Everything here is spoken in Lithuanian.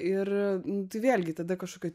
ir nu tai vėlgi tada kažkokia